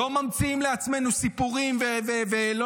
ולא